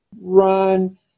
Run